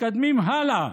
מתקדמים הלאה.